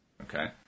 Okay